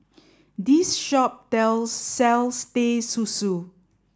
this shop tell sells Teh Susu